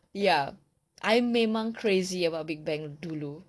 ya I memang crazy about big bang dulu